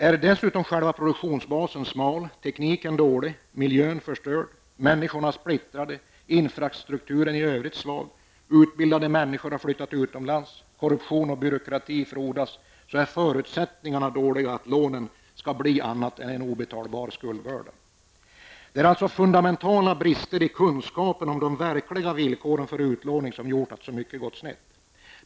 Är det dessutom så att själva produktionsbasen är smal, tekniken dålig, miljön förstörd, människorna splittrade, infrastrukturen i övrigt svag, umedan tbildade människor har flyttat utomlands, korruption och byråkrati frodas, är förutsättningarna dåliga att lånen skall bli annat än en obetalbar skuldbörda. Det är alltså fundamentala brister i kunskapen om de verkliga villkoren för utlåning som gjort att så mycket gått snett.